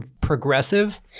progressive